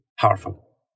powerful